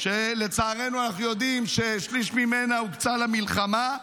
שלצערנו אנחנו יודעים ששליש ממנה הוקצה למלחמה,